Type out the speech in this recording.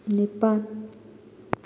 ꯅꯤꯄꯥꯜ